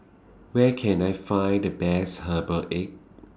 Where Can I Find The Best Herbal Egg